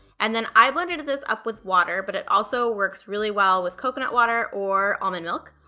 and then, i blended this up with water, but it also works really well with coconut water or almond milk,